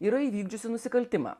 yra įvykdžiusi nusikaltimą